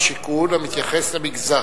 משרד השיכון המתייחס למגזר.